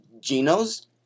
Geno's